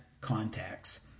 contacts